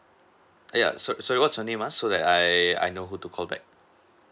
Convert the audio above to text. ya so so what's your name uh so that I I know who to call back